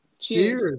Cheers